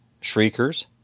shriekers